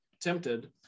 tempted